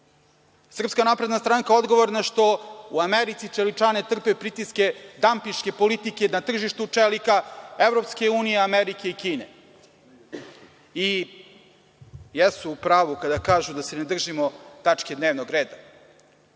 Srpska napredna stranka je odgovorna što u Americi čeličane trpe pritiske dampiške politike na tržištu čelika EU, Amerike i Kine. Jesu u pravu kada kažu da se ne držimo tačke dnevnog reda,